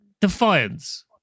defiance